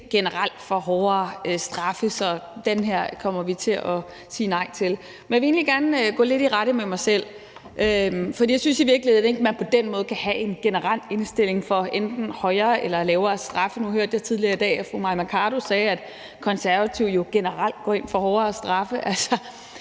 ikke generelt er for hårdere straffe, så den her kommer vi til at sige nej til. Men jeg vil egentlig gerne gå lidt i rette med mig selv, for jeg synes i virkeligheden ikke, man på den måde kan have en generel indstilling til enten højere eller lavere straffe. Nu hørte jeg tidligere i dag fru Mai Mercado sige, at Konservative jo generelt går ind for hårdere straffe.